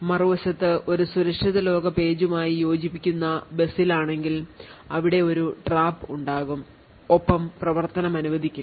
മറുവശത്ത് ഒരു സുരക്ഷിത ലോക പേജുമായി യോജിക്കുന്ന ബസ്സിൽ ആണെങ്കിൽ അവിടെ ഒരു trap ഉണ്ടാകും ഒപ്പം പ്രവർത്തനം അനുവദിക്കില്ല